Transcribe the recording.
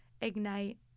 ignite